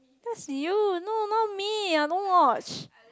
that's you no no not me I don't watch